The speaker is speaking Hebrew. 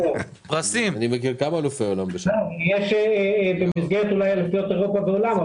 יש במסגרת אולי אליפויות אירופה ועולם.